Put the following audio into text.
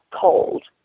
cold